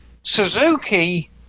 suzuki